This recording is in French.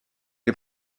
les